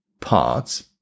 parts